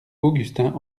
augustin